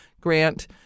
grant